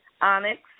onyx